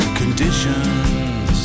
conditions